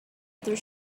other